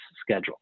schedule